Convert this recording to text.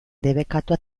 debekatua